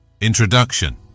Introduction